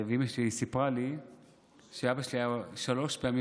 ואימא שלי סיפרה לי שאבא שלי שלוש פעמים